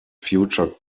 future